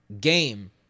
game